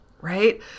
right